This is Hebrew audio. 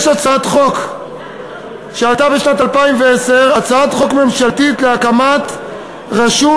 יש הצעת חוק ממשלתית שעלתה ב-2010 להקמת רשות